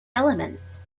elements